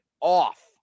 off